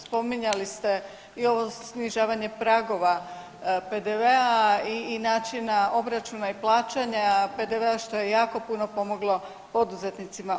Spominjali ste i ovo snižavanje pragova PDV-a i načina obračuna i plaćanja PDV-a što je jako puno pomoglo poduzetnicima.